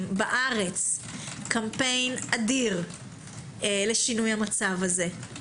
בארץ קמפיין אדיר לשינוי המצב הזה.